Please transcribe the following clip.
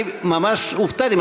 אני ממש הופתעתי.